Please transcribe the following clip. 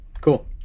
Cool